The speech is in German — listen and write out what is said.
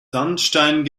sandstein